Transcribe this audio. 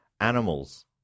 animals